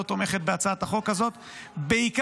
תומכת בהצעת החוק הזאת -- בגלל הסרבול.